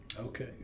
Okay